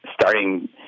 starting